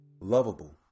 lovable